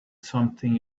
something